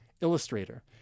Illustrator